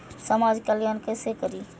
समाज कल्याण केसे करी?